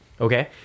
Okay